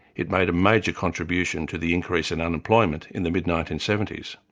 it made a major contribution to the increase in unemployment in the mid nineteen seventy s.